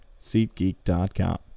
SeatGeek.com